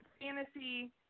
fantasy